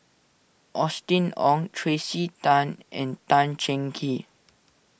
Austen Ong Tracey Tan and Tan Cheng Kee